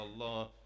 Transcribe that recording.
Allah